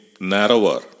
narrower